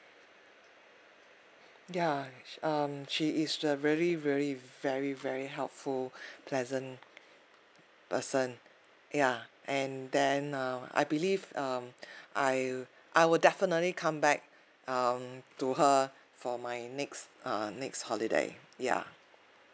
ya um she is a very very very very helpful pleasant person ya and then uh I believe uh I'll I will definitely come back um on to her for my next uh next holiday ya